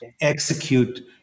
execute